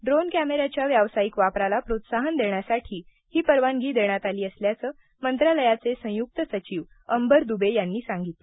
drone कॅमेऱ्याच्या व्यावसायिक वापराला प्रोत्साहन देण्यासाठी ही परवानगी देण्यात आली असल्याचं मंत्रालयाचे संयुक्त सचिव अंबर दुबे यांनी सांगितलं